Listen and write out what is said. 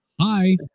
Hi